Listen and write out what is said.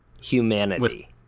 humanity